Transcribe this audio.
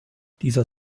dieser